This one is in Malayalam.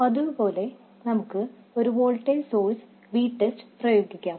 പതിവുപോലെ നമുക്ക് ഒരു വോൾട്ടേജ് സോഴ്സ് VTEST പ്രയോഗിക്കാം